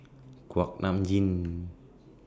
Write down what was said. Kuak Nam Jin